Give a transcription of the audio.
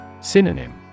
Synonym